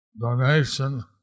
donation